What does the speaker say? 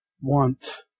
want